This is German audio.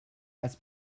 als